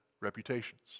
reputations